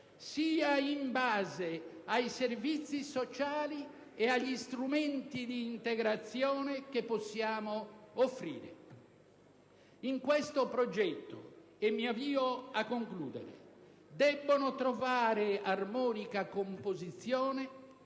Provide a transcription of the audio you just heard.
sia in base ai servizi sociali e agli strumenti di integrazione che possiamo offrire. In tale progetto debbono trovare armonica composizione